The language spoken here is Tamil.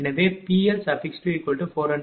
எனவே PL2400 kW0